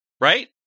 Right